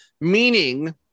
Meaning